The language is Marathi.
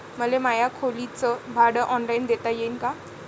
मले माया खोलीच भाड ऑनलाईन देता येईन का?